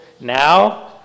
now